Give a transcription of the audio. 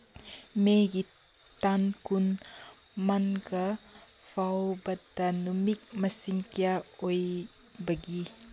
ꯃꯦꯒꯤ ꯇꯥꯟ ꯀꯨꯟ ꯃꯟꯒ ꯐꯥꯎꯕꯗ ꯅꯨꯃꯤꯠ ꯃꯁꯤꯡ ꯀꯌꯥ ꯑꯣꯏꯕꯒꯤ